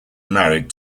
married